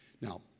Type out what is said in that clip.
Now